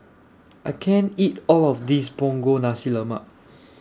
I can't eat All of This Punggol Nasi Lemak